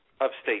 upstate